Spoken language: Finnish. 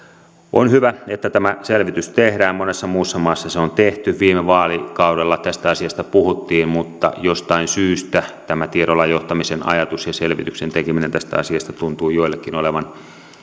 on hyvä että tämä selvitys tehdään monessa muussa maassa se on tehty viime vaalikaudella tästä asiasta puhuttiin mutta jostain syystä tämä tiedolla johtamisen ajatus ja selvityksen tekeminen tästä asiasta tuntuu joillekin olevan